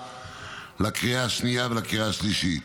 בקריאה השנייה ובקריאה השלישית.